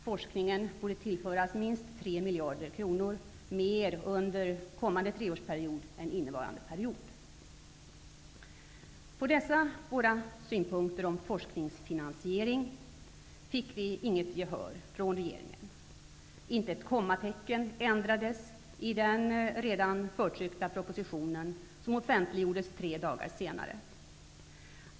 Forskningen borde tillföras minst 3 miljarder kronor mer under kommande treårsperiod än innevarande period. På dessa våra synpunkter om forskningsfinansiering fick vi inget gehör från regeringen. Inte ens ett kommatecken ändrades i den redan förtryckta propositionen som offentliggjordes tre dagar senare.